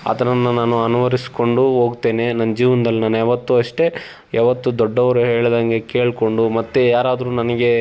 ಅದನ್ನ ನಾನು ಅನುವರ್ಸ್ಕೊಂಡು ಹೋಗ್ತೇನೆ ನನ್ನ ಜೀವನ್ದಲ್ಲಿ ನಾನು ಯಾವತ್ತೂ ಅಷ್ಟೇ ಯಾವತ್ತೂ ದೊಡ್ಡವ್ರು ಹೇಳಿದಂಗೆ ಕೇಳಿಕೊಂಡು ಮತ್ತು ಯಾರಾದರೂ ನನಗೆ